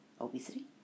obesity